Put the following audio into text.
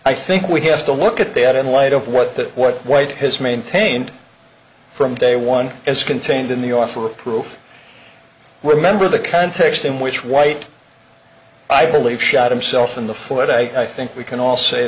i think we have to look at that in light of what that what white has maintained from day one as contained in the offer of proof remember the context in which white i believe shot himself in the foot i think we can all say